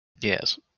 Yes